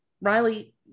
Riley